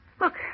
Look